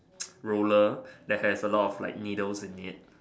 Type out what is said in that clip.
roller that has a lot of needles in it